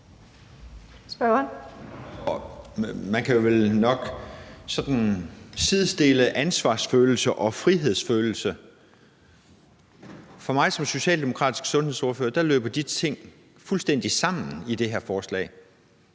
Man kan vel nok sådan sidestille ansvarsfølelse og frihedsfølelse. For mig som socialdemokratisk sundhedsordfører løber de ting fuldstændig sammen i det her forslag.